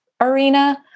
Arena